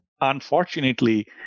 unfortunately